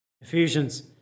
Ephesians